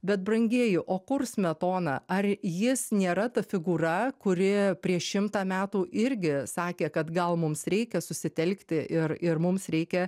bet brangieji o kur smetona ar jis nėra ta figūra kuri prieš šimtą metų irgi sakė kad gal mums reikia susitelkti ir ir mums reikia